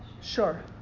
Sure